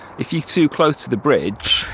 if you too close to the bridge.